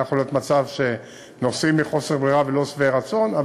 היה יכול להיות מצב שנוסעים מחוסר ברירה ולא שבעי רצון.